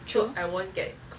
true